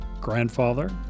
grandfather